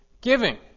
giving